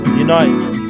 unite